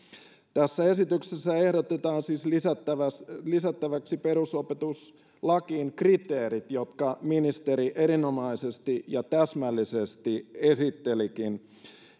esityksessä ehdotetaan siis lisättäväksi lisättäväksi perusopetuslakiin kriteerit jotka ministeri erinomaisesti ja täsmällisesti esittelikin